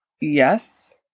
Yes